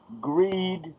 Greed